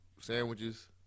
sandwiches